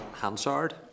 Hansard